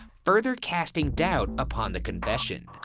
further casting doubt upon the confession.